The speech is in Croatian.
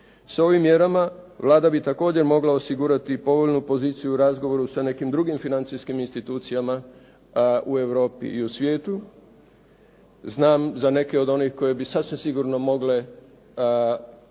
S ovim mjerama Vlada bi također mogla osigurati povoljnu poziciju u razgovoru sa nekim drugim financijskim institucijama u Europi i u svijetu. Znam za neke od onih koje bi sasvim sigurno mogle predstavljati